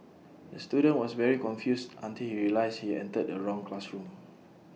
the student was very confused until he realised he entered the wrong classroom